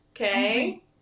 Okay